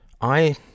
I